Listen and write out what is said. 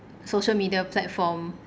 social media platform